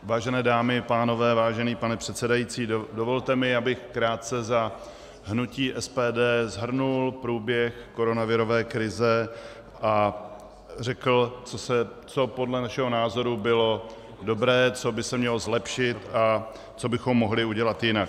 Vážené dámy a pánové, vážený pane předsedající, dovolte mi, abych krátce za hnutí SPD shrnul průběh koronavirové krize a řekl, co podle našeho názoru bylo dobré, co by se mělo zlepšit a co bychom mohli udělat jinak.